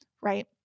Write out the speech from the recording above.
right